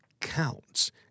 counts